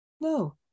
No